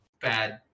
bad